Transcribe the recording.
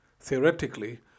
theoretically